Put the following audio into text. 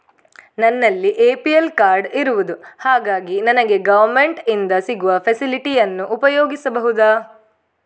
ನನ್ನಲ್ಲಿ APL card ಇರುದು ಹಾಗಾಗಿ ನನಗೆ ಗವರ್ನಮೆಂಟ್ ಇಂದ ಸಿಗುವ ಫೆಸಿಲಿಟಿ ಅನ್ನು ಉಪಯೋಗಿಸಬಹುದಾ?